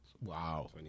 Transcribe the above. Wow